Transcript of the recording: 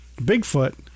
Bigfoot